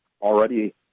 already –